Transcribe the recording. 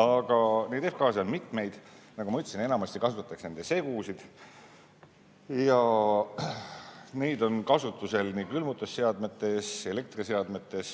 Aga neid F‑gaase on mitmeid. Nagu ma ütlesin, enamasti kasutatakse nende segusid ja neid on kasutusel nii külmutusseadmetes kui ka elektriseadmetes.